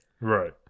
right